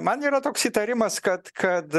man yra toks įtarimas kad kad